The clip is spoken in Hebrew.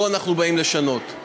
אותו אנחנו באים לשנות.